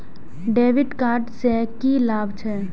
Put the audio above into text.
डेविट कार्ड से की लाभ छै?